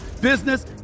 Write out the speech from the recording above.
business